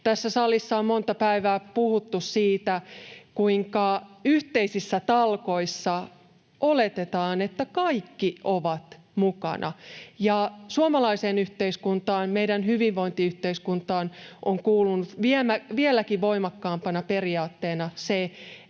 Tässä salissa on monta päivää puhuttu siitä, kuinka yhteisissä talkoissa oletetaan, että kaikki ovat mukana. Ja suomalaiseen yhteiskuntaan, meidän hyvinvointiyhteiskuntaamme, on kuulunut vieläkin voimakkaampana periaatteena se,